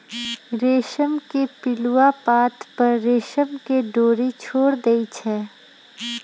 रेशम के पिलुआ पात पर रेशम के डोरी छोर देई छै